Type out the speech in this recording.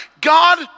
God